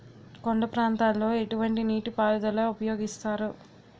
కొండ ప్రాంతాల్లో ఎటువంటి నీటి పారుదల ఉపయోగిస్తారు?